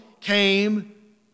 came